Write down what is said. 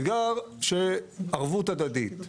אתגר של ערבות הדדית.